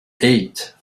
eight